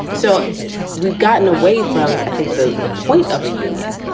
so we've gotten away from, i think, the the point of a union.